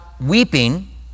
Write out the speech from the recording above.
weeping